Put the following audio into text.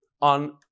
on